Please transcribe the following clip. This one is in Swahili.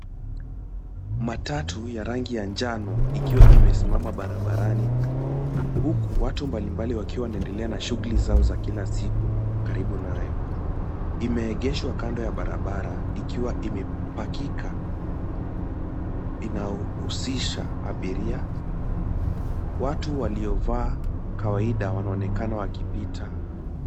Matatu ya rangi ya njano ikiwa imesimama barabarani huku watu mbalimbali wakiwa wanaendelea na shughuli zao za kila siku karibu nayo. Imeegeshwa kando ya barabara ikiwa imepakika, inahusisha abiria. Watu waliovaa kawaida wanaonekana wakipita.